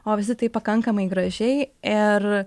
o visi taip pakankamai gražiai ir